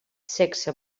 sexe